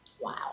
Wow